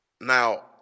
Now